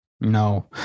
No